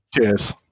Cheers